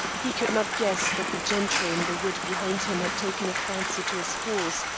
he could not guess that the gentry in the wood behind him had taken a fancy to his horse,